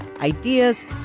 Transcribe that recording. ideas